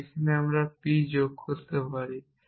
আমরা এখানে p যোগ করতে পারি